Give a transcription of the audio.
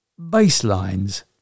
Baselines